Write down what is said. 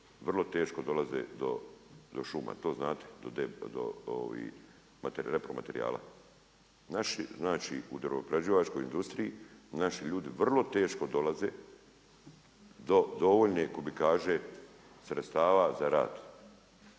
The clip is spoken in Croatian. vrlo teško dolaze do šuma. To znate? Do repromaterijala. Naši znači u drvoprerađivačkoj industriji, naši ljudi vrlo teško dolaze do dovoljne kubikaže sredstva za rad